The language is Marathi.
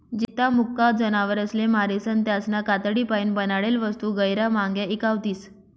जित्ता मुका जनावरसले मारीसन त्यासना कातडीपाईन बनाडेल वस्तू गैयरा म्हांग्या ईकावतीस